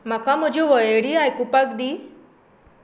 म्हाका म्हज्यो वळेरी आयकुपाक दी